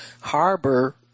harbor